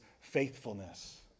faithfulness